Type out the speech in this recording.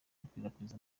gukwirakwiza